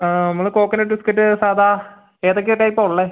നമ്മൾ coconut biscuit സാദാ ഏതൊക്കെ ടൈപ്പാണ് ഉള്ളത്